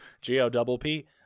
G-O-double-P